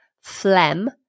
phlegm